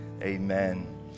amen